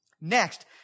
Next